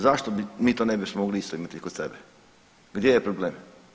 Zašto mi to ne bismo mogli isto imati kod sebe, gdje je problem?